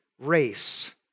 race